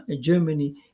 Germany